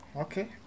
Okay